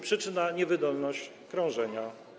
Przyczyna: niewydolność krążenia.